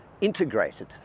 integrated